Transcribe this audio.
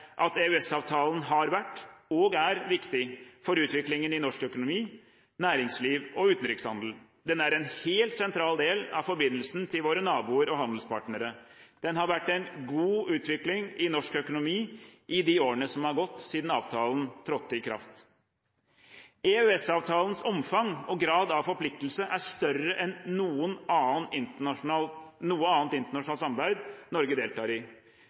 at EØS-avtalen har vært – og er – viktig for utviklingen i norsk økonomi, næringsliv og utenrikshandel. Den er en helt sentral del av forbindelsen til våre naboer og handelspartnere. Det har vært en god utvikling i norsk økonomi i de årene som har gått siden avtalen trådte i kraft. EØS-avtalens omfang og grad av forpliktelse er større enn noe annet internasjonalt samarbeid Norge deltar i,